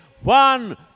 one